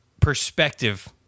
perspective